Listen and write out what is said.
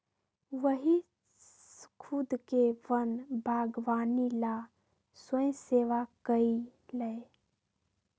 वही स्खुद के वन बागवानी ला स्वयंसेवा कई लय